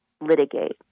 litigate